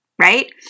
right